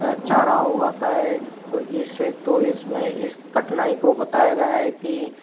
चारा उगाता है तो इस से तो इस में इस कठिनाई को बताया गया है कि